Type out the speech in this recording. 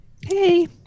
Hey